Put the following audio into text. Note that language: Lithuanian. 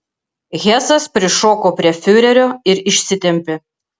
hesas prišoko prie fiurerio ir išsitempė